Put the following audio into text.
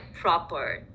proper